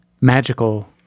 magical